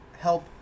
help